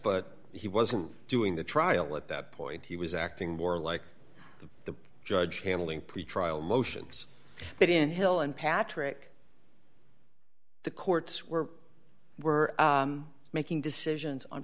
but he wasn't doing the trial at that point he was acting more like the judge handling pretrial motions but in hill and patrick the courts were were making decisions on